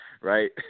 Right